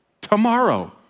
tomorrow